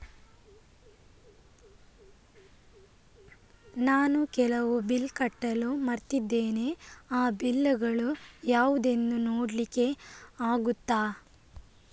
ನಾನು ಕೆಲವು ಬಿಲ್ ಕಟ್ಟಲು ಮರ್ತಿದ್ದೇನೆ, ಆ ಬಿಲ್ಲುಗಳು ಯಾವುದೆಂದು ನೋಡ್ಲಿಕ್ಕೆ ಆಗುತ್ತಾ?